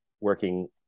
working